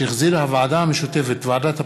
שהחזירה ועדת החינוך,